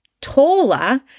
taller